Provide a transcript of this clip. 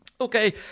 Okay